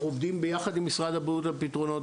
אנחנו עובדים יחד עם משרד הבריאות על פתרונות,